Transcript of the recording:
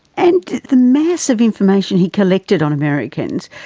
and the mass of information he collected on americans,